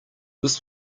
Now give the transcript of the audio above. this